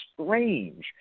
strange